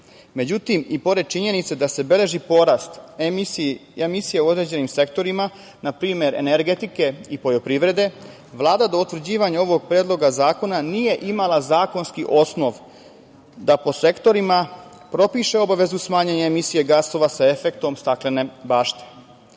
Međutim i pored činjenice da se beleži porast emisija u određenim sektorima npr. energetike i poljoprivrede, Vlada do utvrđivanja ovog Predloga zakona nije imala zakonski osnov da po sektorima propiše obavezu smanjenja emisije gasova sa efektom staklene